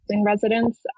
residents